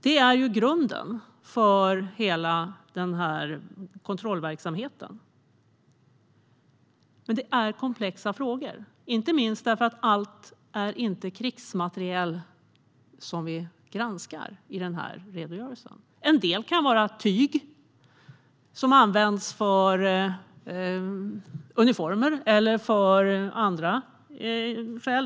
Detta är grunden för hela kontrollverksamheten. Det handlar dock om komplexa frågor, inte minst med tanke på att allt som granskas i redogörelsen inte är krigsmateriel. En del kan vara tyg som används till uniformer eller för andra ändamål.